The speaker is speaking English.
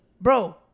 Bro